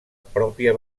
pròpia